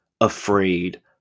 afraid